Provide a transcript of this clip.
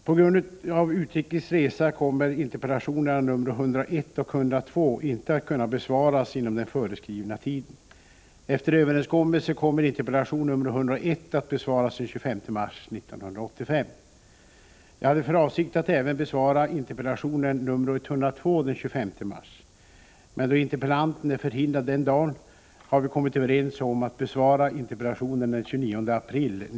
Herr talman! Interpellationerna 1984/85:97, 98 och 100 kommer på grund av utlandsresor inte att besvaras inom föreskriven tid. De tre interpellationerna besvaras den 25 mars.